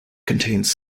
contains